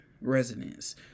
residents